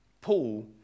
Paul